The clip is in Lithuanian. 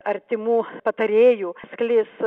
artimų patarėjų sklis